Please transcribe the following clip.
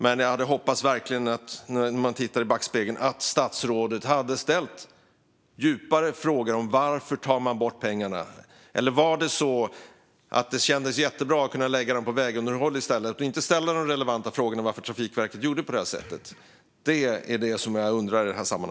Men med blicken i backspegeln hade jag önskat att statsrådet hade ställt djupare frågor om varför man tar bort pengarna. Var det så att det kändes jättebra att kunna lägga dem på vägunderhåll i stället? Det jag undrar i sammanhanget är varför man inte har ställt de relevanta frågorna om varför Trafikverket gjorde på det här sättet.